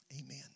Amen